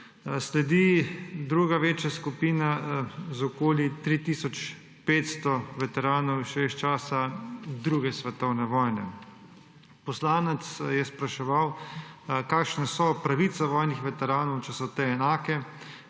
Sledi druga večja skupina z okoli 3 tisoč 500 veteranov še iz časa 2. svetovne vojne. Poslanec je spraševal, kakšne so pravice vojnih veteranov, če so te enake.